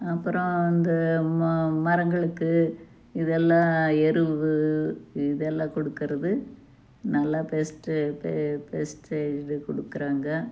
அப்பறம் வந்து மரங்களுக்கு இதெல்லாம் எரு இதெல்லாம் கொடுக்கறது நல்லா பெஸ்ட் பெஸ்ட்டு இது கொடுக்குறாங்க